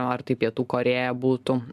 ar tai pietų korėja būtų